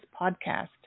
podcast